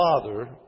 father